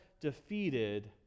defeated